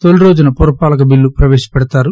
తొలిరోజున పురపాలక బిల్లు ప్రవేశపెడతారు